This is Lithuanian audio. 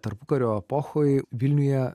tarpukario epochoj vilniuje